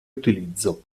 utilizzo